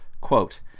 quote